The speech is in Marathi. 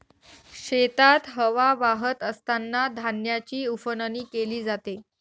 शेतात हवा वाहत असतांना धान्याची उफणणी केली जाते